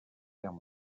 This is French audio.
guerre